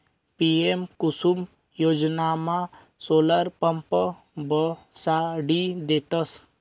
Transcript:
PM Kusum योजनामा solar pump बसाडी देतस